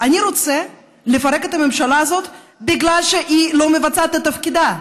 אני רוצה לפרק את הממשלה הזאת בגלל שהיא לא מבצעת את תפקידה,